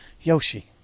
Yoshi